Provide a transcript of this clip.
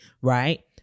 right